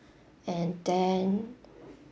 and then